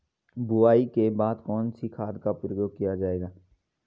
बुआई के बाद कौन से खाद का प्रयोग किया जायेगा?